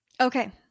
Okay